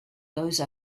those